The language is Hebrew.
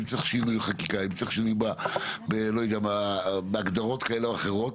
אם צריך שינוי חקיקה או אם צריך שינוי בהגדרות כאלה או אחרת,